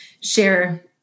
share